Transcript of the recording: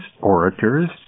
orators